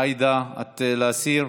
עאידה, את להסיר,